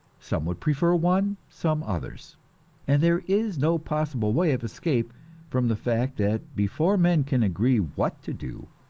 some would prefer one, some others and there is no possible way of escape from the fact that before men can agree what to do,